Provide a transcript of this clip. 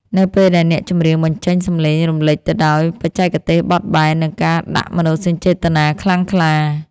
នៅពេលដែលអ្នកចម្រៀងបញ្ចេញសម្លេងរំលេចទៅដោយបច្ចេកទេសបត់បែន និងការដាក់មនោសញ្ចេតនាខ្លាំងក្លា